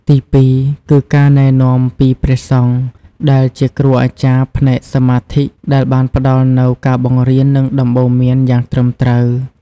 ទីពីរគឺ ការណែនាំពីព្រះសង្ឃ ដែលជាគ្រូអាចារ្យផ្នែកសមាធិ ដែលបានផ្តល់នូវការបង្រៀននិងដំបូន្មានយ៉ាងត្រឹមត្រូវ។